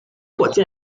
火箭